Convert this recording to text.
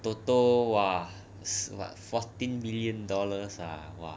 toto !wah! 什么 fourteen million dollars ah !wah!